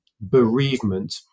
bereavement